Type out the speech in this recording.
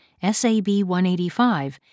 SAB-185